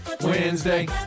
wednesday